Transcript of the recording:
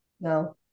No